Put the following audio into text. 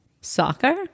soccer